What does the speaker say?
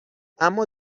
اما